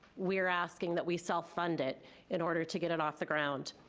we're asking that we self-fund it in order to get it off the ground.